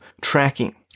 tracking